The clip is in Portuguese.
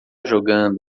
jogando